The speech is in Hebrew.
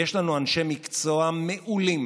ויש לנו אנשי מקצוע מעולים,